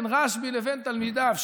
בין רשב"י לבין תלמידיו.